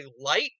light